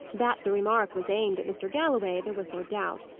that the remark was aimed at mr. galloway, there was no doubt.